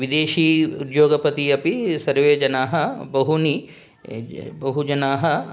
विदेशी उद्योगपतिः अपि सर्वे जनाः बहूनि बहु जनाः